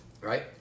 Right